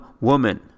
woman